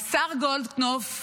השר גולדקנופ,